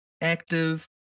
active